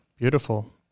Beautiful